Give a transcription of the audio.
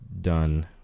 done